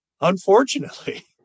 unfortunately